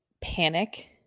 panic